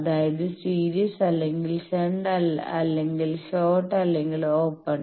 അതായത് സീരീസ് അല്ലെങ്കിൽ ഷണ്ട് അല്ലെങ്കിൽ ഷോർട്ട് അല്ലെങ്കിൽ ഓപ്പൺ